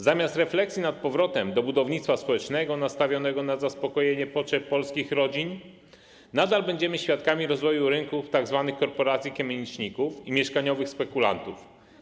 Zamiast refleksji nad powrotem do budownictwa społecznego nastawionego na zaspokojenie potrzeb polskich rodzin nadal będziemy świadkami rozwoju rynku tzw. korporacji kamieniczników i mieszkaniowych spekulantów.